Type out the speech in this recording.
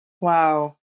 Wow